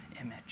image